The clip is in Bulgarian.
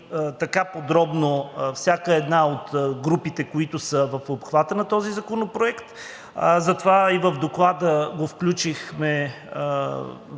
така подробно всяка една от групите, които са в обхвата на този законопроект, затова го включихме